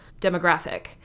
demographic